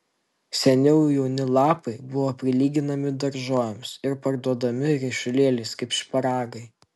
seniau jauni lapai buvo prilyginami daržovėms ir parduodami ryšulėliais kaip šparagai